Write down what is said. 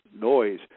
noise